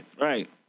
Right